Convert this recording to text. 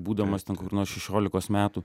būdamas ten kokių nors šešiolikos metų